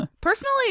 Personally